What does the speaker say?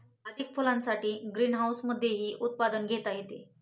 अधिक फुलांसाठी ग्रीनहाऊसमधेही उत्पादन घेता येते